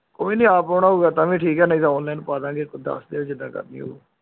ਕੋਈ ਨਹੀਂ ਆਪ ਆਉਣਾ ਹੋਊਗਾ ਤਾਂ ਵੀ ਠੀਕ ਆ ਨਹੀ ਤਾਂ ਔਨਲਾਈਨ ਪਾ ਦਾਂਗੇ ਕੋ ਦੱਸ ਦਿਓ ਜਿੱਦਾਂ ਕਰਨੀ ਹੋਊ